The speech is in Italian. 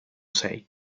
sei